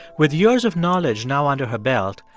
with years of knowledge now under her belt,